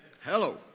Hello